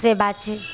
से बात छै